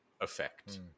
effect